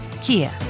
Kia